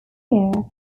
guinea